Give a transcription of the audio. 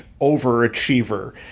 overachiever